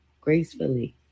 gracefully